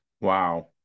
Wow